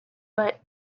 but